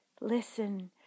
Listen